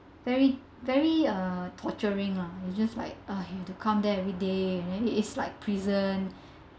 very very uh torturing lah it's just like uh you have to come there every day and then it is like prison